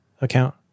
account